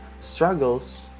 struggles